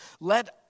Let